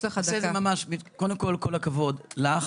כל הכבוד לך